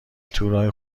تو، راه